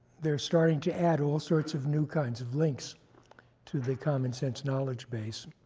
they're starting to add all sorts of new kinds of links to the commonsense knowledge base,